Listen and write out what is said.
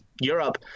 europe